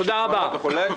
שיענה לו חובש תוך שתי שניות.